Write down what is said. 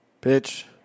Pitch